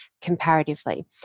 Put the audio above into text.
comparatively